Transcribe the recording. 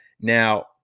Now